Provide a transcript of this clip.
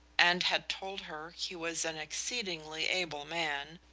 and had told her he was an exceedingly able man,